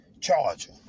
charger